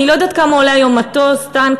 אני לא יודעת כמה עולה היום מטוס, טנק.